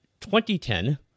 2010